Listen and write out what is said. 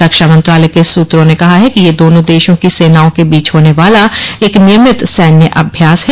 रक्षा मंत्रालय के सूत्रों ने कहा है कि यह दोनों देशों की सेनाओं के बीच होने वाला एक नियमित सैन्य अभ्यास है